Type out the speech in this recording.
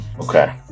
Okay